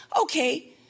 okay